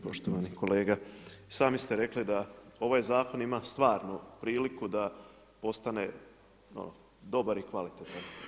Poštovani kolega, sami ste rekli da ovaj Zakon ima stvarnu priliku da postane dobar i kvalitetan.